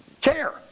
care